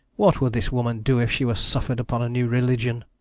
what would this woman do if she were suffered, upon a new religion?